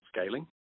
scaling